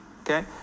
okay